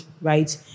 right